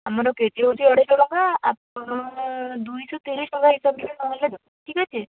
ଆମର କେଜି ହେଉଛି ଅଢ଼େଇ ଶହ ଟଙ୍କା ଆପଣ ଦୁଇଶହ ତିରିଶ ଟଙ୍କା ହିସାବରେ ନହେଲେ ଠିକ୍ ଅଛି